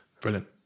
Brilliant